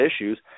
issues